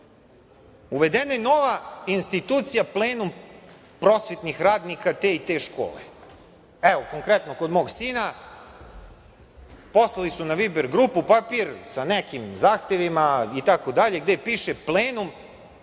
vazduhu. Uvedena je nova institucija - plenum prosvetnih radnika te i te škole. Evo, konkretno, kod mog sina poslali su na Viber grupu papir sa nekim zahtevima, gde piše - plenum